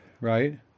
right